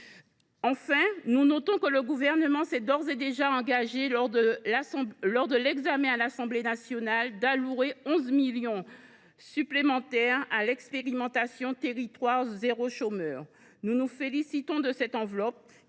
Enfin, nous notons que le Gouvernement s’est d’ores et déjà engagé, lors de l’examen à l’Assemblée nationale, à allouer 11 millions d’euros supplémentaires à l’expérimentation Territoires zéro chômeur de longue durée. Nous nous félicitons de cette enveloppe,